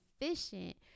efficient